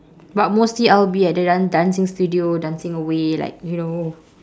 but mostly I'll be at the da~ dancing studio dancing away like you know